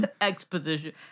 exposition